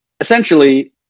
essentially